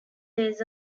days